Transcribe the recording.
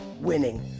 winning